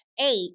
eight